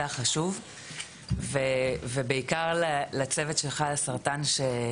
החשוב ובעיקר מודה לחברה של ׳חלאסרטן׳,